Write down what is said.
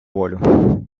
волю